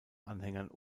anhängern